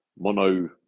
mono